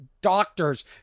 doctors